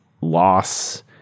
loss